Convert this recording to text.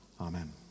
Amen